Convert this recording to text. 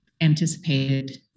anticipated